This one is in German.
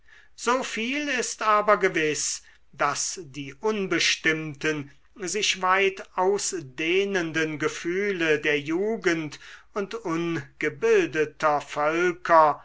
so viel ist aber gewiß daß die unbestimmten sich weit ausdehnenden gefühle der jugend und ungebildeter völker